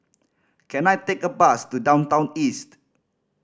can I take a bus to Downtown East